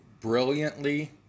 brilliantly